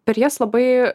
per jas labai